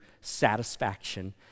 satisfaction